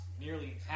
nearly